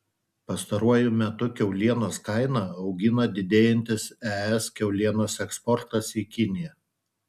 pastaruoju metu kiaulienos kainą augina didėjantis es kiaulienos eksportas į kiniją